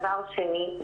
דבר שני,